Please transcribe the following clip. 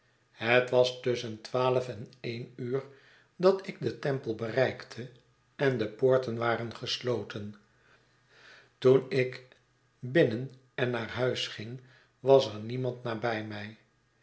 het was tusschen twaalf en een uur dat ik den temple bereikte en de poorten waren gesloten toen ik binnen en naar huis ging was er niemand nabij mij